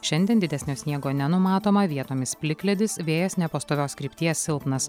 šiandien didesnio sniego nenumatoma vietomis plikledis vėjas nepastovios krypties silpnas